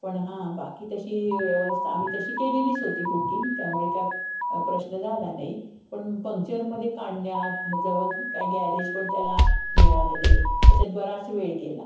पण हां बाकी तशी व्यवस्था आम्ही तशी केलेलीच होती बुकिंग त्यामुळे काय प्रश्न झाला नाही पण पंक्चरमध्ये काढण्यात जवळ काय गॅरेज पण त्याला मिळालं नाही त्याच्यात बराच वेळ गेला